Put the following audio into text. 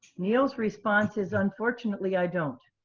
neil's response is, unfortunately, i don't.